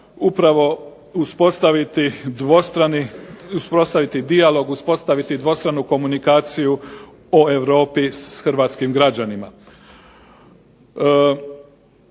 uspostaviti dijalog, uspostaviti dvostranu komunikaciju o Europi s hrvatskim građanima.